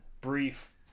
brief